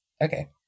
Okay